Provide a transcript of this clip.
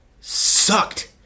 sucked